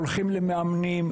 הולכים למאמנים.